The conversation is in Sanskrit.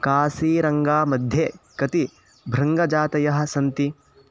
कासीरङ्गामध्ये कति भ्रङ्गजातयः सन्ति